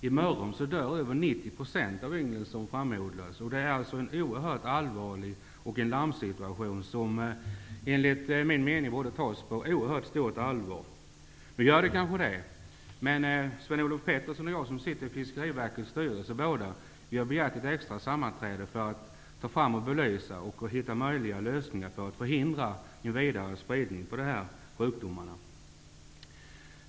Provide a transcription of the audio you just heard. I Mörrum dör över 90 % av ynglen som framodlas. Det är oerhört allvarligt. Sådana larmrapporter borde enligt min mening tas på oerhört stort allvar. Nu görs det väl i och för sig. Både Sven-Olof Petersson och jag som sitter i Fiskeriverkets styrelse har begärt ett extra sammanträde för att ta fram och belysa och försöka finna lösningar för att förhindra vidare spridning av sjukdomarna.